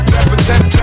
represent